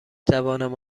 توانم